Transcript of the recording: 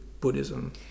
buddhism